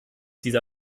diese